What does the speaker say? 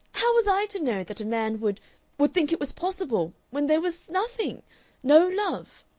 how was i to know that a man would would think it was possible when there was nothing no love?